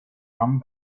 rum